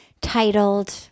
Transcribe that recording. titled